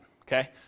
okay